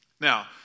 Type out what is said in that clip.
Now